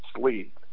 sleep